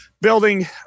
building